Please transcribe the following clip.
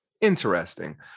interesting